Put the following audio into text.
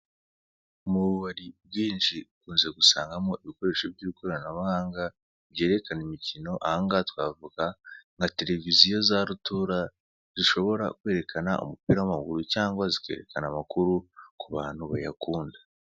Mu bubari bwinshi tumaze gusangamo ibikoresho by'ikoranabuhanga byerekana imikino ,aha ngaha twavuga nka tereviziyo za rutura , zishobora kwerekana umupira w'amaguru cyangwa zikerekana amakuru ku bantu bayakunda.